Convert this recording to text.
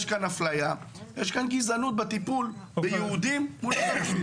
יש כאן אפליה ויש כאן גזענות בטיפול ביהודים מול הפלסטינים.